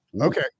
okay